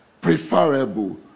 preferable